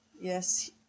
yes